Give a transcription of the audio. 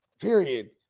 Period